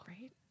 Right